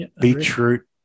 beetroot